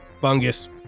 fungus